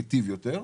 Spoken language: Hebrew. מיטיב יותר.